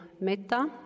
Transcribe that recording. metta